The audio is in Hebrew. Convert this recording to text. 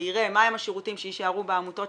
ויראה מה הם השירותים שיישארו בעמותות,